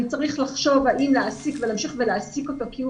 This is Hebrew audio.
אני צריך לחשוב האם להמשיך ולהעסיק אותו כי הוא